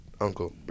uncle